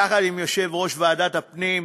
יחד עם יושב-ראש ועדת הפנים,